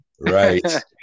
Right